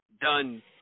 done